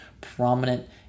prominent